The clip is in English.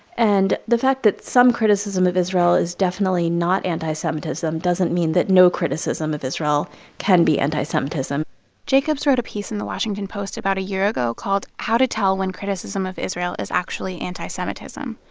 and the fact that some criticism of israel is definitely not anti-semitism doesn't mean that no criticism of israel can be anti-semitism jacobs wrote a piece in the washington post about a year ago called how to tell when criticism of israel is actually anti-semitism.